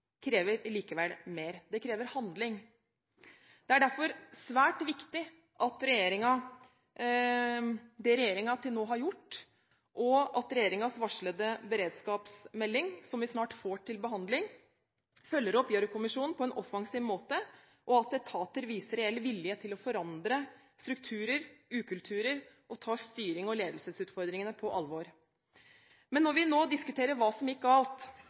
krever likevel mer. Det krever handling. Det er derfor svært viktig det regjeringen til nå har gjort, og at regjeringens varslede beredskapsmelding, som vi snart får til behandling, følger opp Gjørv-kommisjonen på en offensiv måte, og at etater viser reell vilje til å forandre strukturer og ukulturer og tar styrings- og ledelsesutfordringene på alvor. Men når vi nå diskuterer hva som gikk